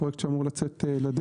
הפרויקט שם אמור לצאת לדרך.